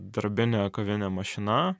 darbinė kovinė mašina